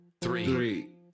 three